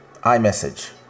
imessage